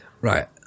right